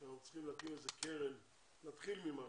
אנחנו צריכים להקים איזו קרן, להתחיל ממשהו,